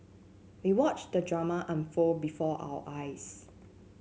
we watched the drama unfold before our eyes